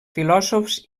filòsofs